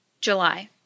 July